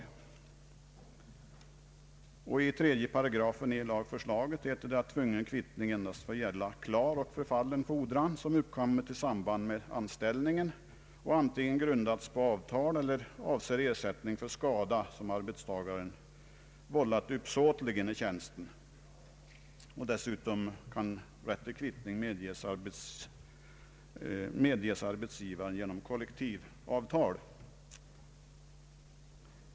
I 3 § i lagförslaget heter det att tvungen kvittning endast får gälla klar och förfallen fordran som uppkommit i samband med anställningen och antingen grundats på avtal eller avser ersättning för skada som arbetstagaren vållat uppsåtligen i tiänsten. Dessutom kan rätt till kvittning medges arbetsgivaren genom kollektivavtal.